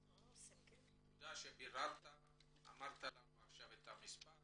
תודה שביררת ואמרת לנו עכשיו את המספר